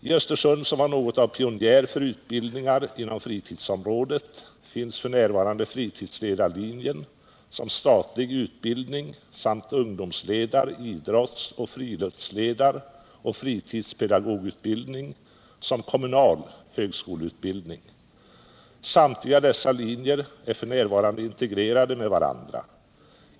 I Östersund, som var något av pionjär för utbildningar inom fritidsområdet , finns f. n. fritidsledarlinjen som statlig utbildning samt ungdomsledar-, idrottsoch friluftsledaroch fritidspedagogutbildning som kommunal högskoleutbildning. Samtliga dessa linjer är f. n. integrerade med varandra.